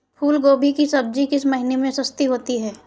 फूल गोभी की सब्जी किस महीने में सस्ती होती है?